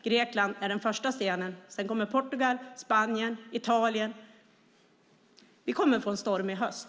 Grekland är den första stenen; sedan kommer Portugal, Spanien och Italien. Vi kommer att få en stormig höst.